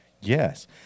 Yes